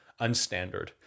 unstandard